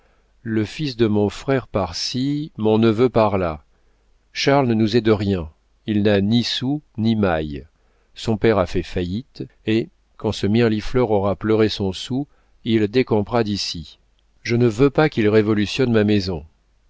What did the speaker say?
le fils de mon frère par-ci mon neveu par là charles ne nous est de rien il n'a ni sou ni maille son père a fait faillite et quand ce mirliflor aura pleuré son soûl il décampera d'ici je ne veux pas qu'il révolutionne ma maison